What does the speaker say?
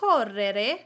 Correre